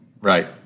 Right